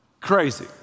Crazy